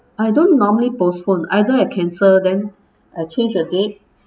I don't normally postpone either I cancel then I change the date